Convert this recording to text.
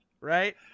right